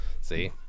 See